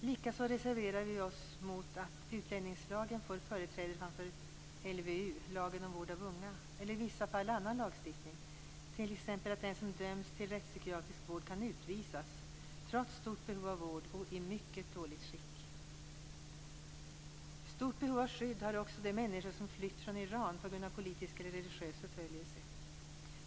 Likaså reserverar vi oss mot att utlänningslagen får företräde framför LVU, lagen om vård av unga, eller i vissa fall annan lagstiftning, t.ex. att den som dömts till rättspsykiatrisk vård kan utvisas trots stort behov av vård och mycket dåligt skick. Stort behov av skydd har också de människor som flytt från Iran på grund av politisk eller religiös förföljelse.